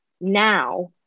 now